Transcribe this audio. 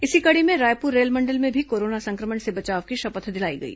इसी कड़ी में रायपुर रेलमंडल में भी कोरोना संक्रमण से बचाव की शपथ दिलाई गई